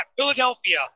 Philadelphia